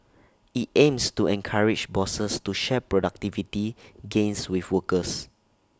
IT aims to encourage bosses to share productivity gains with workers